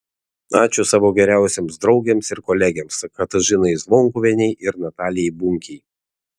ačiū savo geriausioms draugėms ir kolegėms katažinai zvonkuvienei ir natalijai bunkei